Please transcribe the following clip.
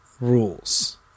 rules